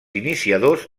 iniciadors